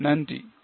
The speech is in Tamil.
நன்றி வணக்கம்